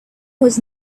was